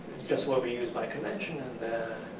just what we use by convention. and then,